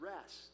rest